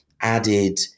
added